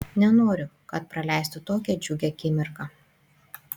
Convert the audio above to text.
nenoriu kad praleistų tokią džiugią akimirką